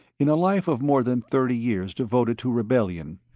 in a life of more than thirty years devoted to rebellion,